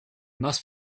must